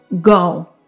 go